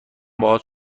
باهات